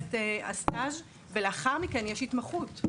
במסגרת הסטאז' ולאחר מכן יש התמחות.